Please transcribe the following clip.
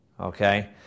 Okay